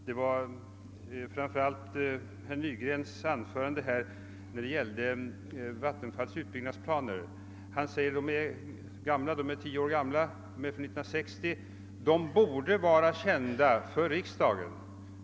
Herr talman! Herr Nygren sade att Vattenfalls utbyggnadsplaner är tio år gamla — de är från 1960 — och borde vara kända för riksdagen.